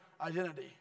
Identity